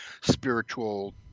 spiritual